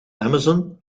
amazon